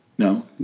No